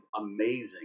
amazing